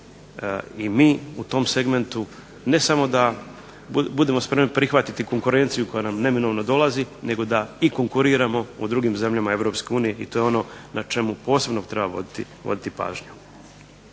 i mi u tom segmentu ne samo da budemo spremni prihvatiti konkurenciju koja nam neminovno dolazi nego da i konkuriramo u drugim zemljama EU i to je ono na čemu treba posebno voditi pažnju.